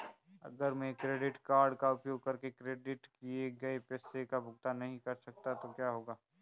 अगर मैं credit card का उपयोग करके क्रेडिट किए गए पैसे का भुगतान नहीं कर सकता तो क्या होगा?